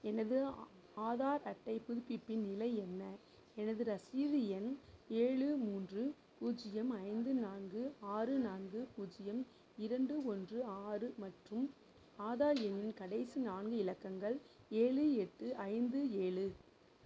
எனது ஆதார் அட்டை புதுப்பிப்பின் நிலை என்ன எனது ரசீது எண் ஏழு மூன்று பூஜ்யம் ஐந்து நான்கு ஆறு நான்கு பூஜ்யம் இரண்டு ஒன்று ஆறு மற்றும் ஆதார் எண்ணின் கடைசி நான்கு இலக்கங்கள் ஏழு எட்டு ஐந்து ஏழு